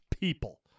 people